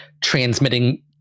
transmitting